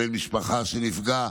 בן משפחה שנפגע,